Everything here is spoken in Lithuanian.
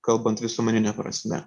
kalbant visuomenine prasme